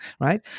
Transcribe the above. right